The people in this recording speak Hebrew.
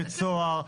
בית סוהר.